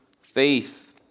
faith